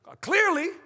clearly